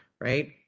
right